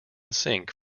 sync